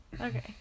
Okay